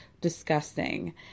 disgusting